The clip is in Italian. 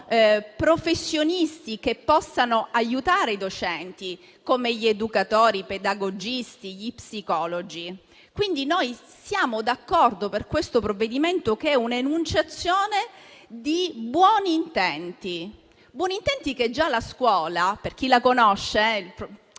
professionisti che possano aiutare i docenti, come gli educatori, i pedagogisti, gli psicologi. Noi quindi siamo d'accordo su questo provvedimento, che è un'enunciazione di buoni intenti. E i buoni intenti per la scuola, come sa chi la conosce -